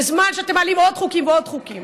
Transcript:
בזמן שאתם מעלים עוד חוקים ועוד חוקים.